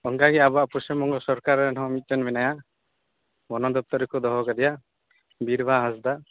ᱚᱱᱠᱟᱜᱮ ᱟᱵᱚᱣᱟᱜ ᱯᱚᱥᱪᱤᱢ ᱵᱚᱝᱜᱚ ᱥᱚᱨᱠᱟᱨᱮᱱ ᱦᱚᱸ ᱢᱤᱫᱴᱮᱱ ᱢᱮᱱᱟᱭᱟ ᱵᱚᱱᱚ ᱫᱚᱯᱚᱛᱚᱨ ᱨᱮᱠᱚ ᱫᱚᱦᱚ ᱟᱠᱟᱫᱮᱭᱟ ᱵᱤᱨ ᱵᱟᱦᱟ ᱦᱟᱸᱥᱫᱟᱜ